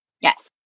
Yes